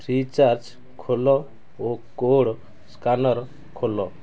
free charge ଖୋଲ ଓ code scanner ଖୋଲ